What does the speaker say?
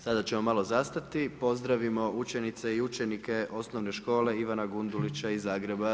Sada ćemo malo zastati, pozdravimo učenice i učenike osnovne škole Ivana Gundulića iz Zagreba.